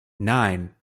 nine